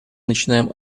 начинаем